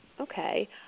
okay